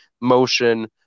motion